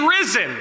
risen